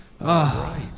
Right